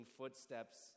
footsteps